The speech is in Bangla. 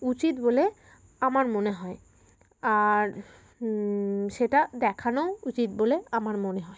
উচিত বলে আমার মনে হয় আর সেটা দেখানোও উচিত বলে আমার মনে হয়